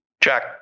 Jack